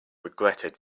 regretted